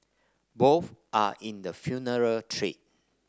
both are in the funeral trade